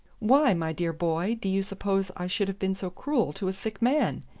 why, my dear boy, do you suppose i should have been so cruel to a sick man?